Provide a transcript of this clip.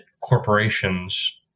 corporations